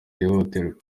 cyihutirwa